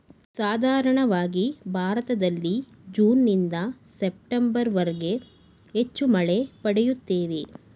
ಸಾಧಾರಣವಾಗಿ ಭಾರತದಲ್ಲಿ ಜೂನ್ನಿಂದ ಸೆಪ್ಟೆಂಬರ್ವರೆಗೆ ಹೆಚ್ಚು ಮಳೆ ಪಡೆಯುತ್ತೇವೆ